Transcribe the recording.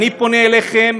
אני פונה אליכם